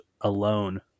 alone